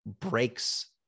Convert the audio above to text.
breaks